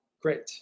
great